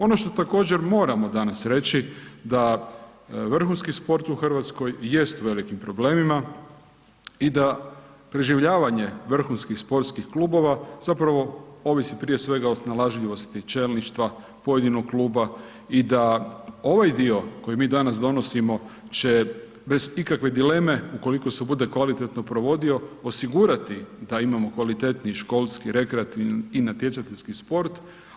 Ono što također moramo danas reći da vrhunski sport u Hrvatskoj jest u velikim problemima i da preživljavanje vrhunskih sportskih vrhunskih sportskih klubova, zapravo ovisi prije svega o snalažljivosti čelništva, pojedinog kluba i da ovaj dio koji mi danas donosimo će bez ikakve dileme, ukoliko se bude kvalitetno provodio, osigurati da imamo kvalitetniji školski rekreativni i natjecateljski sport.